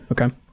Okay